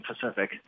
Pacific